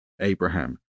Abraham